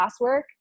classwork